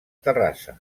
terrassa